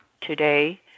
today